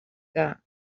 que